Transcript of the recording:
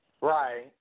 Right